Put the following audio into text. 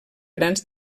grans